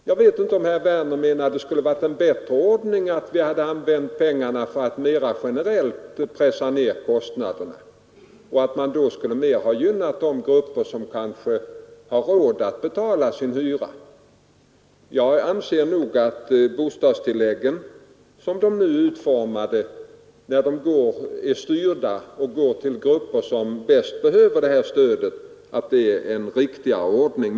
Jag vet inte om herr Werner menar att det skulle ha varit en bättre ordning att använda pengarna för att mera generellt pressa ned kostnaderna, vilket i större utsträckning skulle ha gynnat de grupper som själva har råd att betala sin hyra. Jag anser att bostadstilläggen som de nu är utformade, styrda till de grupper som bäst behöver detta stöd, representerar en riktigare ordning.